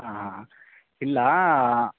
ಹಾಂ ಹಾಂ ಹಾಂ ಇಲ್ಲಾ